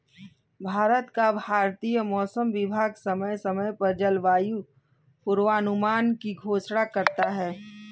भारत का भारतीय मौसम विभाग समय समय पर जलवायु पूर्वानुमान की घोषणा करता है